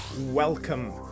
Welcome